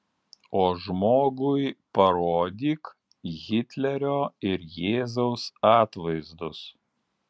o žmogui parodyk hitlerio ir jėzaus atvaizdus